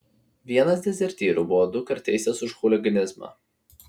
vienas dezertyrų buvo dukart teistas už chuliganizmą